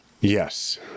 Yes